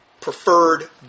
preferred